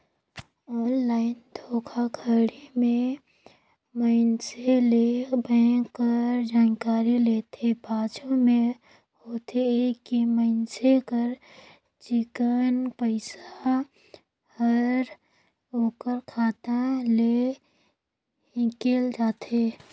online धोखाघड़ी में मइनसे ले बेंक कर जानकारी लेथे, पाछू में होथे ए कि मइनसे कर चिक्कन पइसा हर ओकर खाता ले हिंकेल जाथे